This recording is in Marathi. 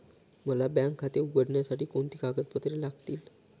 मला बँक खाते उघडण्यासाठी कोणती कागदपत्रे लागतील?